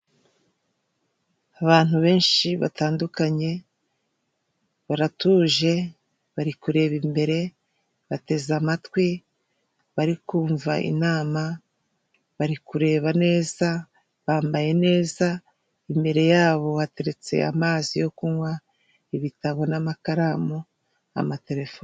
Abantu benshi batandukanye, baratuje, bari kureba imbere, bateze amatwi, bari kumva inama, bari kureba neza, bambaye neza, imbere yabo hateretse amazi yo kunywa, ibitabo n'amakaramu, n'amatelefoni.